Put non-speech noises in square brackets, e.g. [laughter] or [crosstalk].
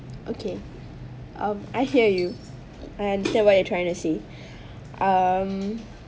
okay um I hear you I understand what you trying to say [breath] um